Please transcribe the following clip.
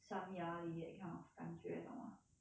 山崖里 that kind of 感觉懂 mah